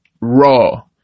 Raw